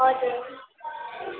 हजुर